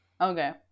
okay